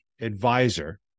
advisor